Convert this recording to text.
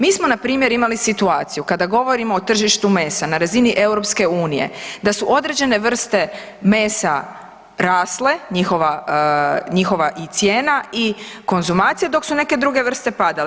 Mi smo npr. imali situaciju kada govorimo o tržištu mesa na razini EU da su određene vrste mesa rasle, njihova i cijena i konzumacija dok su neke druge vrste padale.